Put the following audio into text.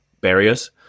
barriers